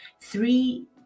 three